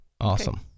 Awesome